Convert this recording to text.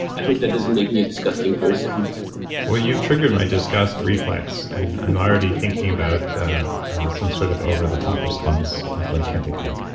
i hope that doesn't make me a disgusting person well, you've triggered my disgust reflex, and i'm already thinking about some sort of over the top response, but i can't think of one.